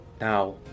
now